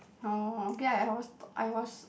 oh okay I was I was